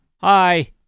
Hi